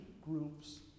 groups